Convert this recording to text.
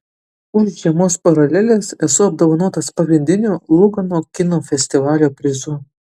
už žiemos paraleles esu apdovanotas pagrindiniu lugano kino festivalio prizu